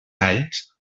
alls